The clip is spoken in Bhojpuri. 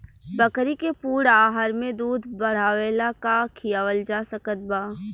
बकरी के पूर्ण आहार में दूध बढ़ावेला का खिआवल जा सकत बा?